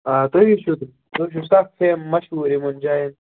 آ تُہی چھُو تہٕ تُہۍ چھُو سکھ فیم مشہوٗر یِمَن جایَن